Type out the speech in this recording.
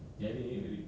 correct